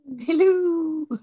Hello